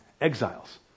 Exiles